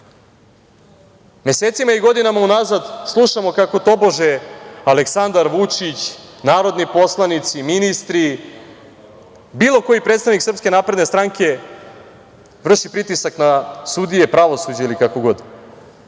i godinama unazad slušamo kako tobože Aleksandar Vučić, narodni poslanici, ministri, bilo koji predstavnik SNS vrši pritisak na sudije, pravosuđe ili kako god.